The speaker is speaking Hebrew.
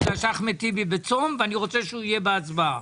בגלל שאחמד טיבי בצום ואני רוצה שהוא יהיה בהצבעה.